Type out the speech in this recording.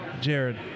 Jared